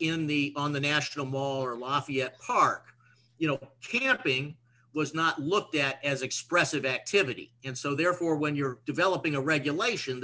in the on the national mall or lafayette park you know kidnapping was not looked at as expressive activity and so therefore when you're developing a regulation